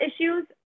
issues